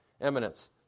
eminence